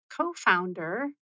co-founder